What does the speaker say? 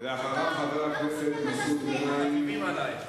חבר הכנסת מסעוד גנאים.